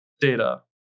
data